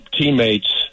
teammates